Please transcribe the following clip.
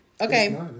Okay